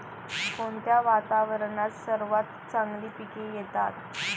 कोणत्या वातावरणात सर्वात चांगली पिके येतात?